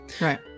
Right